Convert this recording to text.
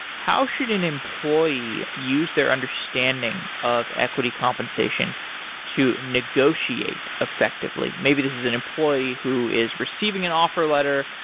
how should an employee use their understanding of equity compensation to negotiate effectively? maybe this is an employee who is receiving an offer letter.